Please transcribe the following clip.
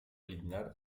eliminar